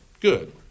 Good